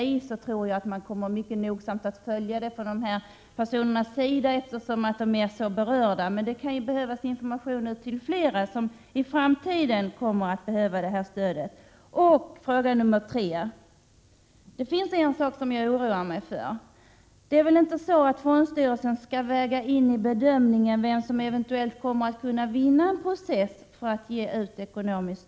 I och för sig tror jag att personerna nogsamt kommer att följa det hela, eftersom de berörs så starkt. Men det kan ju behövas information till andra som i framtiden kan ha behov av det här stödet. Det finns en tredje fråga som jag oroar mig för. Det är väl inte så att fondstyrelsen för att ge ekonomiskt stöd skall väga in vid bedömningen vem som eventuellt kommer att vinna processen?